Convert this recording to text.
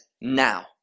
now